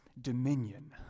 Dominion